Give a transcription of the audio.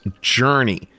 Journey